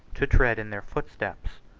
to tread in their footsteps.